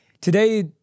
today